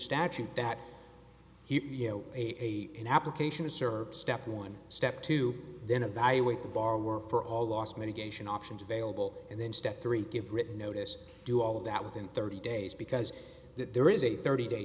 statute that you know a an application is served step one step two then evaluate the borrower for all loss medication options available and then step three give written notice do all of that within thirty days because there is a thirty day